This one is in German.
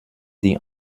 die